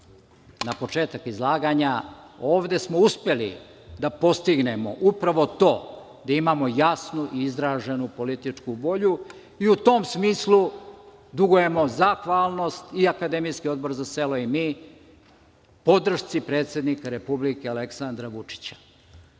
na početak izlaganja. Ovde smo uspeli da postignemo upravo to - da imamo jasnu izraženu političku volju i u tom smislu dugujemo zahvalnost i Akademijski odbor za selo i mi podršci predsednika Republike Aleksandra Vučića.